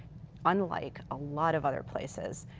unlike a lot of other places,